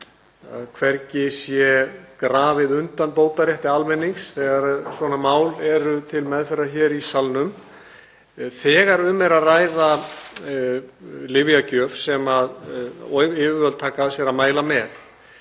hvergi sé grafið undan bótarétti almennings þegar svona mál eru til meðferðar hér í salnum. Þegar um er að ræða lyfjagjöf sem yfirvöld taka að sér að mæla með